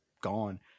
gone